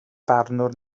barnwr